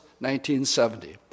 1970